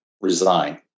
resign